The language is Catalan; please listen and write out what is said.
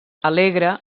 alegre